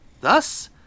Thus